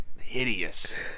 hideous